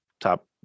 top